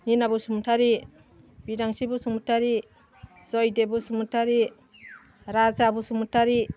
Mina Basumatary Bidangsri Basumatary Jaydeb Basumatary Raja Basumatary